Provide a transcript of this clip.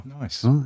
Nice